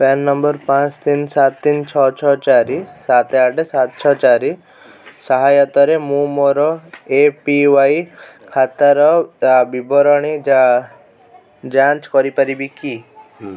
PAN number ପାଞ୍ଚ ତିନି ସାତ ତିନି ଛଅ ଛଅ ଚାରି ସାତ ଆଠ ସାତ ଛଅ ଚାରି ସହାୟତାରେ ମୁଁ ମୋର ଏ ପି ୱାଇ ଖାତାର ବିବରଣୀ ଯାଞ୍ଚ କରିପାରିବି କି